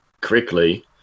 correctly